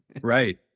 Right